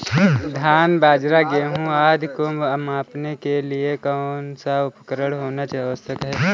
धान बाजरा गेहूँ आदि को मापने के लिए कौन सा उपकरण होना आवश्यक है?